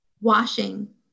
washing